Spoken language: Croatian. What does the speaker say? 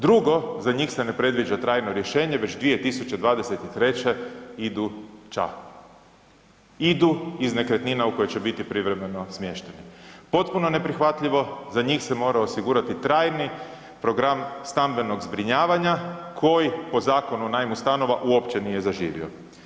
Drugo, za njih se ne predviđa trajno rješenje već 2023. idu ća, idu iz nekretnina u kojoj će biti privremeno smješteni, potpuno neprihvatljivo, za njih se mora osigurati trajni program stambenog zbrinjavanja koji po Zakonu o najmu stanova uopće nije zaživio.